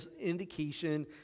indication